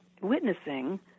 witnessing